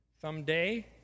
someday